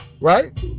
Right